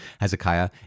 Hezekiah